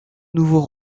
nouveau